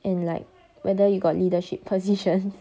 and like whether you got leadership positions